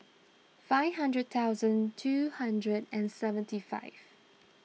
five hundred thousand two hundred and seventy five